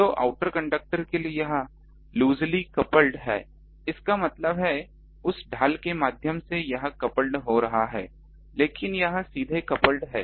तो outer conductor के लिए यह लूजली कपल्ड है इसका मतलब है उस ढाल के माध्यम से यह कपल्ड हो रहा है लेकिन यह सीधे कपल्ड है